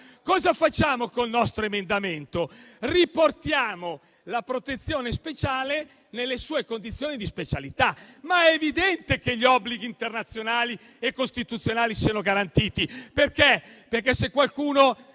Cosa facciamo con il nostro emendamento? Riportiamo la protezione speciale nelle sue condizioni di specialità. Ma è evidente che gli obblighi internazionali e costituzionali sono garantiti. Se qualcuno